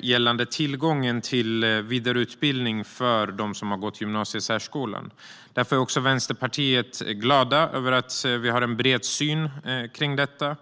gällande tillgången till vidareutbildning för dem som har gått gymnasiesärskolan. Vi i Vänsterpartiet är glada över att vi har en bred samsyn kring detta.